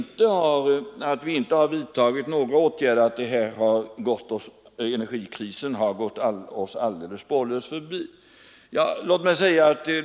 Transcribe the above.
Herr Svensson säger att vi inte har vidtagit några åtgärder, att energikrisen gått oss spårlöst förbi.